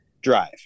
drive